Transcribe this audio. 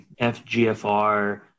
FGFR